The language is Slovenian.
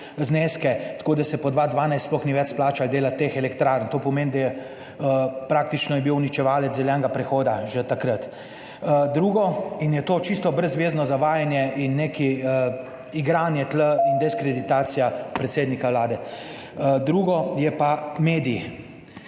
zneske, tako da se po 2012 sploh ni več splačalo delati teh elektrarn, To pomeni, da je, praktično je bil uničevalec zelenega prehoda že takrat. Drugo, in je to čisto brezzvezno zavajanje in nekaj, igranje tu in diskreditacija predsednika Vlade, drugo je pa medij.